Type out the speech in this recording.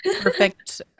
perfect